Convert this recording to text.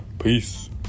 Peace